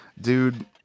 dude